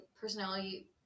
personality